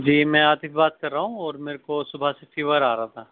جی میں عاطف بات کر رہا ہوں اور میرے کو صبح سے فیور آ رہا تھا